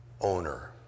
owner